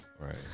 Right